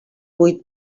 vuit